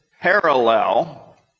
parallel